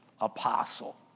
apostle